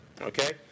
okay